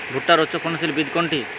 ভূট্টার উচ্চফলনশীল বীজ কোনটি?